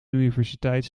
universiteit